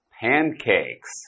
pancakes